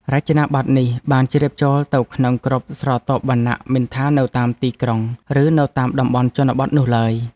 រចនាប័ទ្មនេះបានជ្រាបចូលទៅក្នុងគ្រប់ស្រទាប់វណ្ណៈមិនថា នៅតាមទីក្រុងឬនៅតាមតំបន់ជនបទនោះឡើយ។